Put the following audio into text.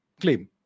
claim